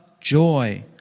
joy